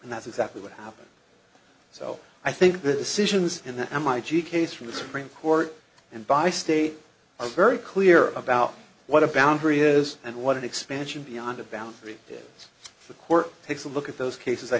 and that's exactly what happened so i think that the citizens in the mit case from the supreme court and by state are very clear about what a boundary is and what an expansion beyond a boundary is the court takes a look at those cases i